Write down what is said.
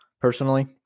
personally